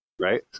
right